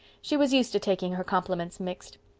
she was used to taking her compliments mixed.